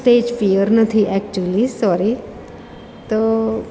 stage fear નથી actually sorry તો